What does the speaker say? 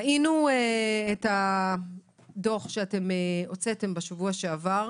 ראינו את הדו"ח שהוצאתם בשבוע שעבר,